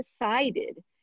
decided